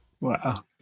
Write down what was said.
Wow